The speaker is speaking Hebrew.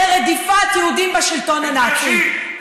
לרדיפת יהודים בשלטון הנאצי.